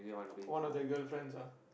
one of their girlfriends ah